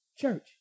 church